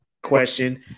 Question